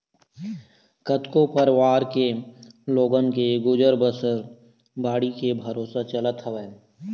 कतको परवार के लोगन के गुजर बसर बाड़ी के भरोसा चलत हवय